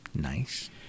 nice